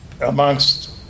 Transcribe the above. amongst